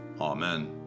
amen